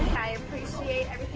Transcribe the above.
i appreciate